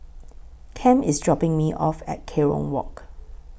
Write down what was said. Cam IS dropping Me off At Kerong Walk